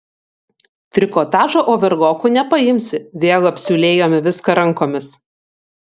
trikotažo overloku nepaimsi vėl apsiūlėjome viską rankomis